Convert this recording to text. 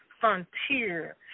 Frontier